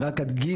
אני רק אדגים,